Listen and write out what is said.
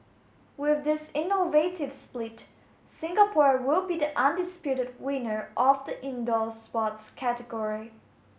with this innovative split Singapore will be the undisputed winner of the indoor sports category